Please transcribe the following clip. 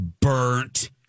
burnt